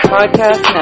Podcast